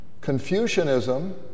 Confucianism